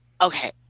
Okay